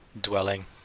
dwelling